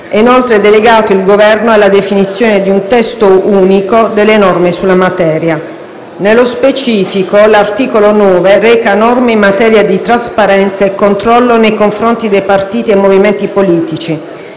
inoltre delegato alla definizione di un testo unico delle norme sulla materia. Nello specifico, l'articolo 9 reca norme in materia di trasparenza e controllo nei confronti dei partiti e movimenti politici.